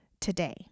today